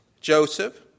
Joseph